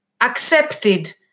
accepted